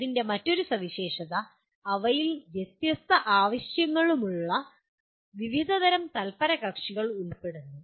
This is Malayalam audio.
അതിന്റെ മറ്റൊരു സവിശേഷത അവയിൽ വ്യത്യസ്ത ആവശ്യങ്ങളുള്ള വിവിധതരം തല്പരകക്ഷികൾ ഉൾപ്പെടുത്തുന്നു